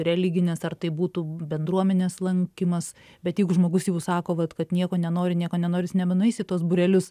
religinės ar tai būtų bendruomenės lankymas bet jeigu žmogus jau sako vat kad nieko nenori nieko nenori jis nebenueis į tuos būrelius